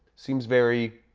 seems very